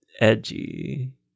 edgy